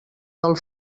del